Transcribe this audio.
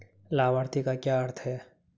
लाभार्थी का क्या अर्थ है?